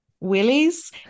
Willies